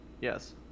Yes